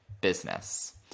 business